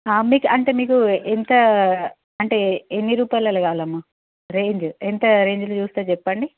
అంటే మీకు ఎంత అంటే ఎన్ని రూపాయలలో కావాలమ్మ రేంజ్ ఎంత రేంజ్లో చూస్తారు చెప్పండి